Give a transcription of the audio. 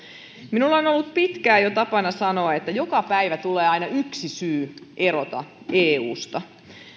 minulla on on ollut jo pitkään tapana sanoa että joka päivä tulee aina yksi syy erota eusta